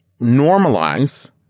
normalize